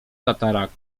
tataraku